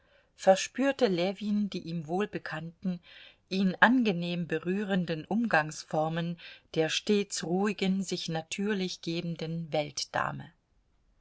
verspürte ljewin die ihm wohlbekannten ihn angenehm berührenden umgangsformen der stets ruhigen sich natürlich gebenden